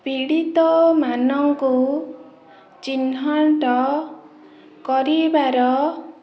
ପୀଡ଼ିତମାନଙ୍କୁ ଚିହ୍ନଟ କରିବାର